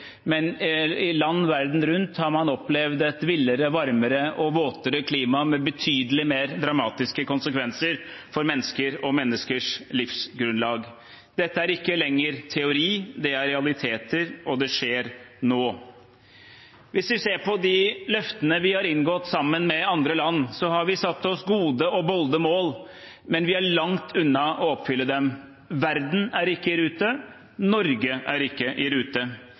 men i land verden rundt har man opplevd et villere, varmere og våtere klima med betydelig mer dramatiske konsekvenser for mennesker og menneskers livsgrunnlag. Dette er ikke lenger teori, det er realiteter, og det skjer nå. Hvis vi ser på de løftene vi har inngått sammen med andre land, har vi satt oss gode og bolde mål, men vi er langt unna å oppfylle dem. Verden er ikke i rute – Norge er ikke i rute.